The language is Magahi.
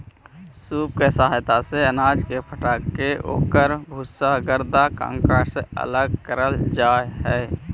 सूप के सहायता से अनाज के फटक के ओकर भूसा, गर्दा, कंकड़ के अलग कईल जा हई